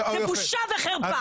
זה בושה וחרפה.